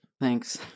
Thanks